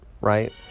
right